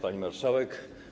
Pani Marszałek!